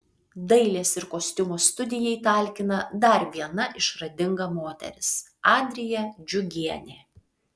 dailės ir kostiumo studijai talkina dar viena išradinga moteris adrija džiugienė